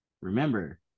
remember